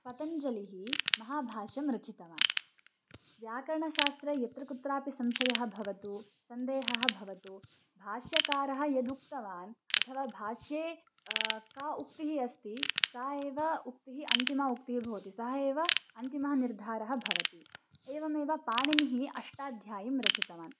पतञ्जलिः महाभाष्यं रचितवान् व्याकरणशास्त्रे यत्र कुत्रापि संशयः भवतु सन्देहः भवतु भाष्यकारः यदुक्तवान् अथवा भाष्ये का उक्तिः अस्ति सा एव उक्तिः अन्तिमा उक्तिः भवति सः एव अन्तिमः निर्धारः भवति एवमेव पाणिनिः अष्टाध्यायीं रचितवान्